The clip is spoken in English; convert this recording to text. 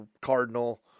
Cardinal